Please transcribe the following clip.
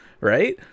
right